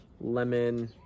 lemon